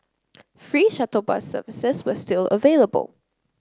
free shuttle bus services were still available